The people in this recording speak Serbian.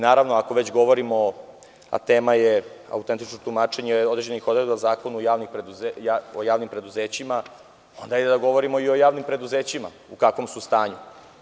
Naravno, ako već govorimo o, a tema je autentično tumačenje određenih odredaba Zakona o javnim preduzećima, onda da govorimo i o javnim preduzećima u kakvom su stanju.